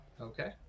Okay